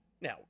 Now